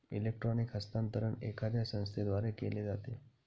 electronic हस्तांतरण एखाद्या संस्थेद्वारे केले जाते